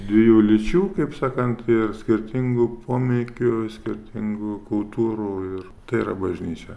dviejų lyčių kaip sakant ir skirtingų pomėgių skirtingų kultūrų ir tai yra bažnyčia